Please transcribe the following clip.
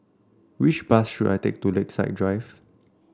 which bus should I take to Lakeside Drive